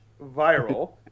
viral